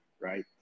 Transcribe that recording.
right